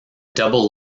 double